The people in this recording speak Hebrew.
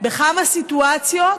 בכמה סיטואציות